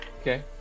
Okay